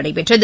நடைபெற்றது